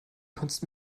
kotzt